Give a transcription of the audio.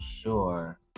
sure